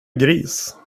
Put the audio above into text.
gris